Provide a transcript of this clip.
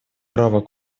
право